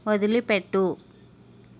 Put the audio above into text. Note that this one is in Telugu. వదిలిపెట్టు